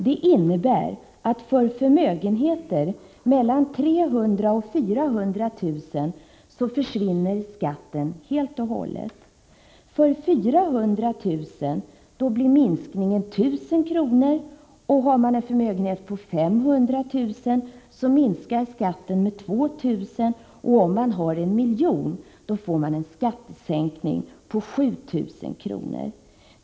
Det innebär att för förmögenheter mellan 300 000 och 400 000 kr. försvinner skatten helt och hållet. För 400 000 kr. blir minskningen 1 000 kr., och för en förmögenhet på 500 000 kr. minskar skatten med 2 000 kr. Om man har en miljon får man en skattesänkning på 7 000 kr.